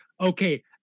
okay